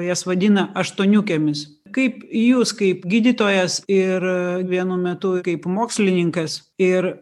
jas vadina aštuoniukėmis kaip jūs kaip gydytojas ir vienu metu kaip mokslininkas ir